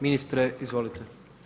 Ministre, izvolite.